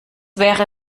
wäre